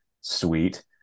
sweet